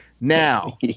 Now